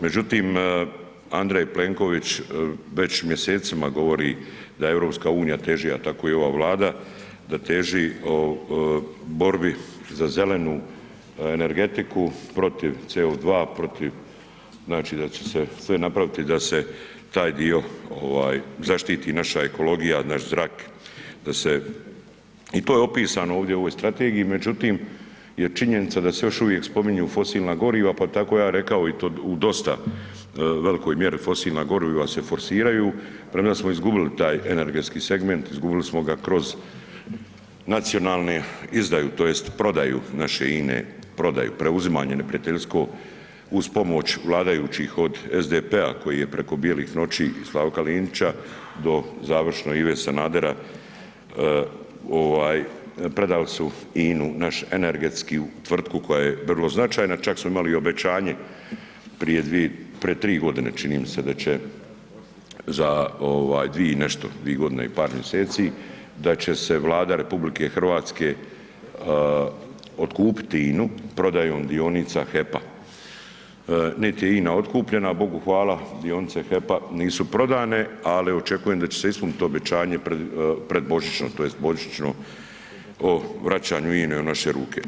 Međutim, Andrej Plenković već mjesecima govori da EU teži, a tako i ova Vlada da teži borbi za zelenu energetiku, protiv CO2, protiv znači da će se sve napraviti da se taj dio ovaj zaštiti naša ekologija, naš zrak, da se i to je opisano ovdje u ovoj strategiji, međutim je činjenica da se još uvijek spominju fosilna goriva, pa tako ja rekao i to u dosta velikoj mjeri fosilna goriva se forsiraju premda smo izgubili taj energetski segment, izgubili smo ga kroz nacionalnu izdaju tj. prodaju naše INA-e, prodaju, preuzimanje neprijateljsko uz pomoć vladajućih od SDP-a koji je preko bijelih noći i Slavka Linića do završno Ive Sanadera ovaj predali su INA-u, naš energetsku tvrtku koja je vrlo značajna, čak smo imali obećanje prije, pre 3.g. da će za ovaj 2 i nešto, 2.g. i par mjeseci, da će se Vlada RH otkupit INA-u prodajom dionica HEP-a, niti je INA otkupljena, Bogu hvala, dionice HEP-a nisu prodane, ali očekujem da će se ispunit obećanje pred, predbožićno tj. božićno vraćanje INA-e u naše ruke.